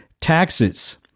taxes